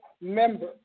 member